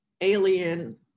alien